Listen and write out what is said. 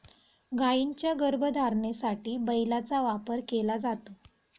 गायींच्या गर्भधारणेसाठी बैलाचा वापर केला जातो